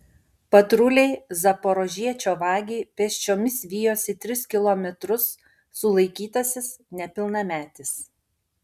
patruliai zaporožiečio vagį pėsčiomis vijosi tris kilometrus sulaikytasis nepilnametis